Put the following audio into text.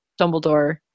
Dumbledore